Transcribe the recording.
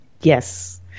Yes